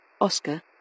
Oscar